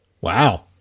Wow